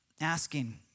asking